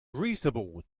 reasonable